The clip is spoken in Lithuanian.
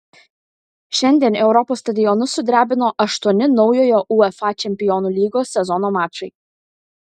šiandien europos stadionus sudrebino aštuoni naujojo uefa čempionų lygos sezono mačai